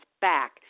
back